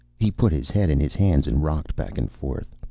he put his head in his hands and rocked back and forth.